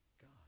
God